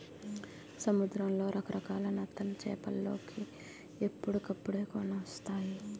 సముద్రంలో రకరకాల నత్తలు చేపలోలికి ఎప్పుడుకప్పుడే కానొస్తాయి